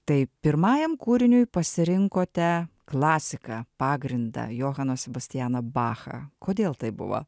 taip pirmajam kūriniui pasirinkote klasiką pagrindą johaną sebastianą bachą kodėl taip buvo